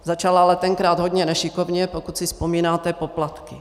Začal ale tenkrát hodně nešikovně, pokud si vzpomínáte, poplatky.